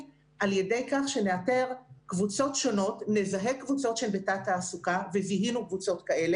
ובמקום שיתחילו ב-1 לספטמבר מסגרת של תעסוקה מוגנת,